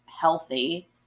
healthy